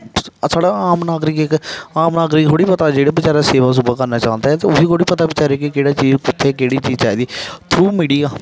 हां साढ़ा आम नागरक इक आम नागरक गी थोह्ड़ी पता जेह्ड़ा बचैरा सेवा सूवा करना चांह्दा ऐ उसी थोह्ड़ी पता बचारे गी केह्ड़ा कु'त्थे केह्ड़ी चीज चाहिदी थ्रू मिडिया